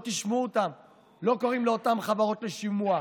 לא תשמעו אותם קוראים לאותן חברות לשימוע.